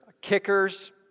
kickers